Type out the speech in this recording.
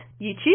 YouTube